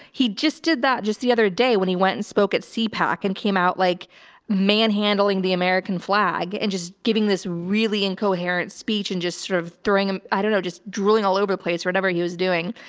he just did that just the other day when he went and spoke at cpac and came out like man handling the american flag and just giving this really incoherent speech and just sort of throwing them, i don't know, just drooling all over the place whatever he was doing,